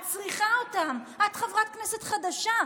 את צריכה אותם, את חברת כנסת חדשה.